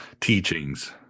teachings